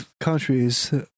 countries